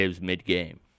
mid-game